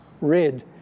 red